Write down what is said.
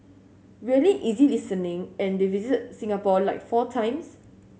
really easy listening and they visited Singapore like four times